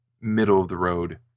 middle-of-the-road